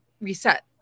reset